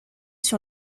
sur